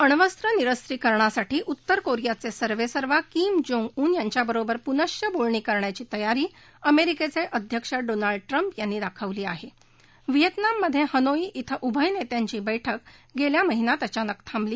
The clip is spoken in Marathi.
अण्वस्त्र निरस्तिकरणासाठी उत्तर कोरियाचस्तिर्वेसर्वा किम जोंग उन यांच्याबरोबर पुनश्व बोलणी करायची तयारी अमरिक्तित्विध्यक्ष डोनाल्ड ट्रंप यांनी दाखवली आहा व्हिएतनाम मधडिनोई धिं उभय नखिंची बक्रि गस्त्रा महिन्यात अचानक थांबली